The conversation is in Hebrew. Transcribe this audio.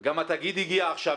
גם התאגיד הגיע עכשיו.